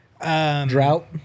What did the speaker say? Drought